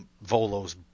volo's